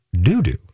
Doo-doo